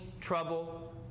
trouble